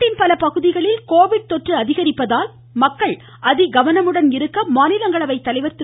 நாட்டின் பல பகுதிகளில் கோவிட் தொற்று அதிகரிப்பதால் மக்கள் அதிகவனமுடன் இருக்க மாநிலங்களவை தலைவர் திரு